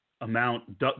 amount –